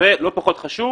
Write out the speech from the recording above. ולא פחות חשוב,